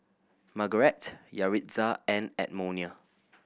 Margarett Yaritza and Edmonia